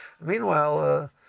meanwhile